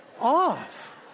off